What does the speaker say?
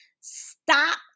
Stop